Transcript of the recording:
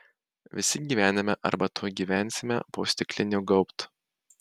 visi gyvename arba tuoj gyvensime po stikliniu gaubtu